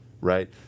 right